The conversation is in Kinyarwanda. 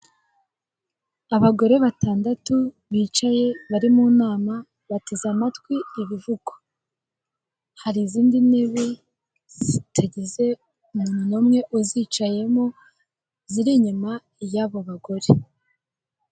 Ahangaha hari abantu batatu bari kugenda b'uruhu rwera hakaba hari kandi n'ibinyabiziga bitatu bipari ahangaha kimwe gifite ibara ry'ikijuju ndetse n'igiti kiri iruhande rwaho hakaba hari n'ikindi kinyabiziga gifite ibara ry'umutuku ibingibi biparitse mu muhanda w'amabuye hirya hari inzu ndetse n'ibiti byiza cyane.